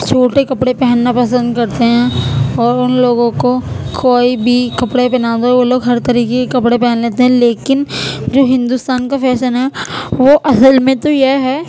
چھوٹے کپڑے پہننا پسند کرتے ہیں اور ان لوگوں کو کوئی بھی کپڑے پہنا دو وہ لوگ ہر طریقے کے کپڑے پہن لیتے ہیں لیکن جو ہندوستان کا فیشن ہے وہ اصل میں تو یہ ہے